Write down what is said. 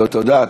תודה.